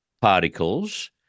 particles